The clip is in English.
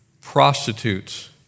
prostitutes